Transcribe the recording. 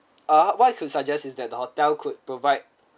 ah what I could suggest is that the hotel could provide